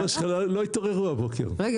שנייה,